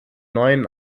neuen